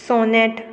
Sonet